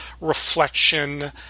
reflection